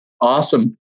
Awesome